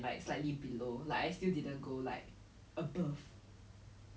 ya definitely henry park is a bit more like neighborhood even though it's like prestigious name